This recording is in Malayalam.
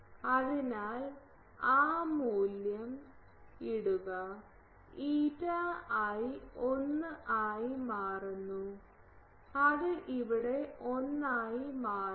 അതിനാൽ ആ മൂല്യം ഇടുക ηi 1 ആയി മാറുന്നു അത് ഇവിടെ 1 ആയി മാറുന്നു